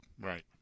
Right